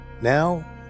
now